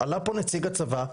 עלה פה נציג הצבא.